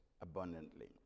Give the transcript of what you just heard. abundantly